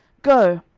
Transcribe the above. go,